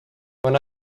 when